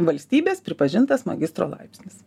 valstybės pripažintas magistro laipsnis